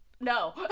No